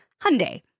Hyundai